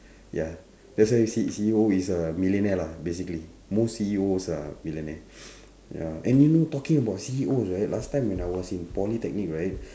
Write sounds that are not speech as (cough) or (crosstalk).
ya that's why see C_E_O is a millionaire lah basically most C_E_Os are millionaire (breath) ya and you know talking about C_E_Os right last time when I was in polytechnic right (breath)